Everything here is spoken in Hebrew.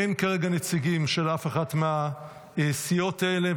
אין כרגע נציגים של אף אחת מהסיעות האלה,